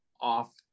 off